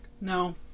No